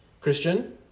Christian